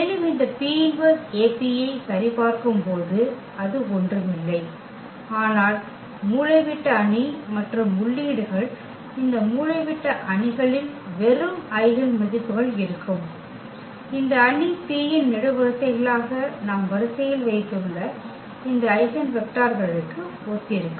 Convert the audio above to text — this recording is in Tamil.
மேலும் இந்த P−1AP ஐ சரிபார்க்கும்போது அது ஒன்றுமில்லை ஆனால் மூலைவிட்ட அணி மற்றும் உள்ளீடுகள் இந்த மூலைவிட்ட அணிகளில் வெறும் ஐகென் மதிப்புகள் இருக்கும் இந்த அணி P இன் நெடுவரிசைகளாக நாம் வரிசையில் வைத்துள்ள இந்த ஐகென் வெக்டர்களுக்கு ஒத்திருக்கும்